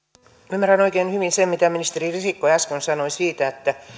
ymmärrän oikein hyvin sen mitä ministeri risikko äsken sanoi siitä